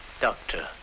Doctor